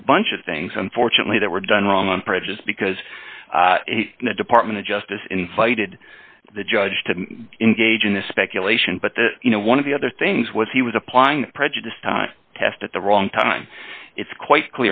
were a bunch of things unfortunately that were done wrong on prejudice because the department of justice invited the judge to engage in a speculation but you know one of the other things was he was applying prejudice time test at the wrong time it's quite